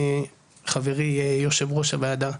חברי יו"ר הוועדה,